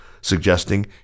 suggesting